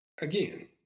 again